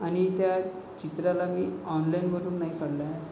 आणि त्या चित्राला मी ऑनलाईनवरून नाही काढला आहे